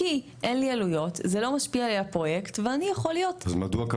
כי אין לי עלויות וזה לא משפיע לי על הפרויקט ואני יכול להיות קצת